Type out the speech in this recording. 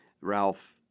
Ralph